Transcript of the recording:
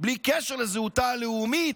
בלי קשר לזהותה הלאומית,